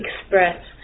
express